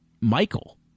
michael